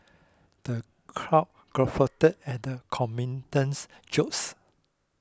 the crowd guffawed at the comedian's jokes